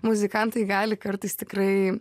muzikantai gali kartais tikrai